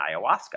ayahuasca